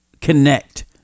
connect